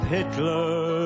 Hitler